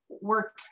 work